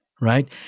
right